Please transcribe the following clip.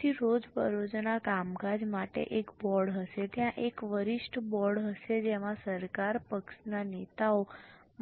તેથી રોજબરોજના કામકાજ માટે એક બોર્ડ હશે ત્યાં એક વરિષ્ઠ બોર્ડ હશે જેમાં સરકાર પક્ષના નેતાઓ